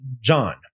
John